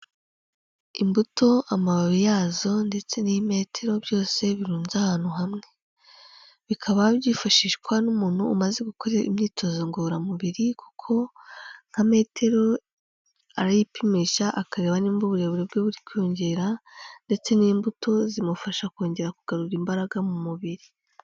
Imbuto, amababi yazo, ndetse n'imetero byose birunze ahantu hamwe, bikaba byifashishwa n'umuntu umaze gukora imyitozo ngororamubiri, kuko nka metero arayipimisha, akareba niba uburebure bwe buri kwiyongera, ndetse n'imbuto zimufasha kongera kugarura imbaraga mu mubiri.